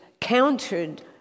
countered